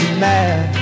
mad